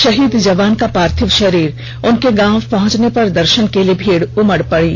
शहीद जवान का पार्थिव शरीर उनके गांव पहुंचने पर दर्षन के लिए भीड़ उमड़ पड़ी